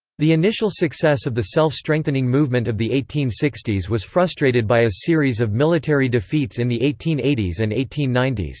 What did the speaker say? the initial success of the self-strengthening movement of the eighteen sixty s was frustrated by a series of military defeats in the eighteen eighty s and eighteen ninety s.